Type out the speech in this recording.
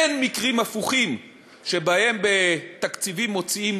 אין מקרים הפוכים שבהם בתקציבים מוציאים